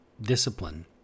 discipline